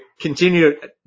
continue